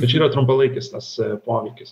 bet čia yra trumpalaikis tas poveikis